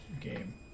game